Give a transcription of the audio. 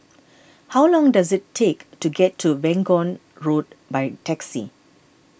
how long does it take to get to Vaughan Road by taxi